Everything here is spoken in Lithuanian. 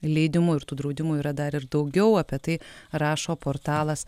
leidimu ir tų draudimų yra dar ir daugiau apie tai rašo portalas